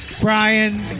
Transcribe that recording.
Brian